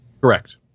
Correct